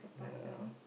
ya